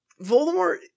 voldemort